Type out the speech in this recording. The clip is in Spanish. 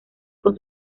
con